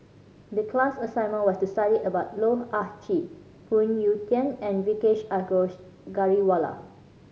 the class assignment was to study about Loh Ah Chee Phoon Yew Tien and Vijesh Ashok Ghariwala